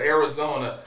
Arizona